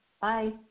Bye